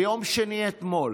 ליום שני אתמול.